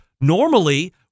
normally